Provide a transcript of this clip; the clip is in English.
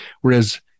whereas